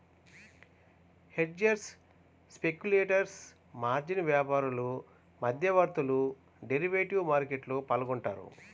hedgers, speculators, margin వ్యాపారులు, మధ్యవర్తులు derivative మార్కెట్లో పాల్గొంటారు